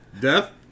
Death